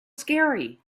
scary